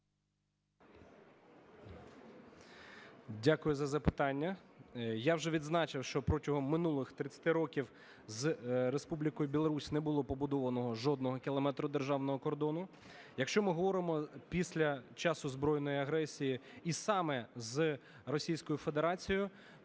Дякую за запитання. Я вже відзначив, що протягом минулих 30 років з Республікою Білорусь не було побудовано жодного кілометра державного кордону. Якщо, ми говоримо, після часу збройної агресії і саме з Російською Федерацією,